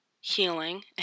healing